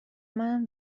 منم